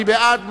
מי בעד?